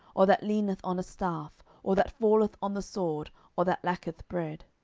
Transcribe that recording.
or that leaneth on a staff, or that falleth on the sword, or that lacketh bread.